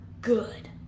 good